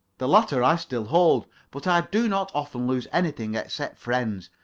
the latter i still hold. but i do not often lose anything except friends,